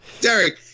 derek